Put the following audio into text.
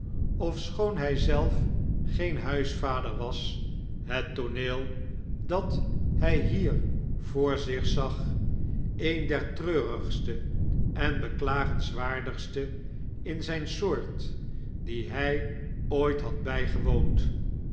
ofschoon hy zelf geen huisvader was het tooneel dat hy hier voor zich zag een der treurigste en beklagenswaardigste in zyn soort die hy ooit had bygewoond